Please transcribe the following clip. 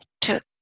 took